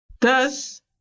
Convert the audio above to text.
Thus